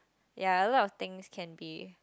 ya a lot of things can be